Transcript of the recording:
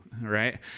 right